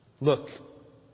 look